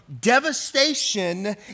devastation